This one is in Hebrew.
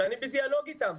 ואני בדיאלוג אתם,